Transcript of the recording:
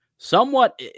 Somewhat